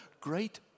great